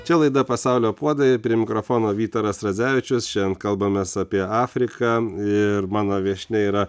čia laida pasaulio puodai prie mikrofono vytaras radzevičius šiandien kalbamės apie afriką ir mano viešnia yra